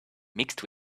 mixed